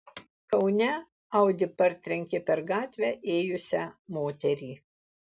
kaune audi partrenkė per gatvę ėjusią moterį